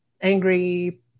angry